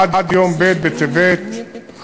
עד יום ב' בטבת התשע"ז,